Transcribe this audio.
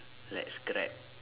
let's grab